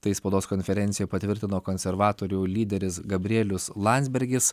tai spaudos konferencijoj patvirtino konservatorių lyderis gabrielius landsbergis